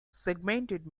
segmented